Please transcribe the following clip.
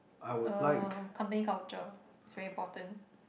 uh company culture is very important